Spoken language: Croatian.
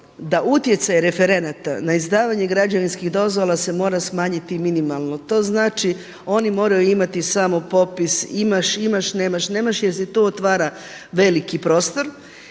da utjecaj referenata na izdavanje građevinskih dozvola se mora smanjiti minimalno, to znači oni moraju imati samo popis imaš, imaš, nemaš, nemaš jer se tu otvara veliki prostor.